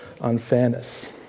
unfairness